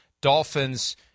Dolphins